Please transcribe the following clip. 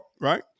right